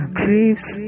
graves